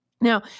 Now